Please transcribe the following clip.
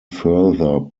further